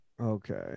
Okay